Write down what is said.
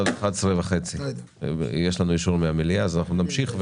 11:30. יש לנו אישור מהמליאה אז אנחנו נמשיך.